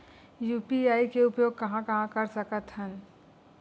UPI के उपयोग कहां कहा कर सकत हन?